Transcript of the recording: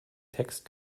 text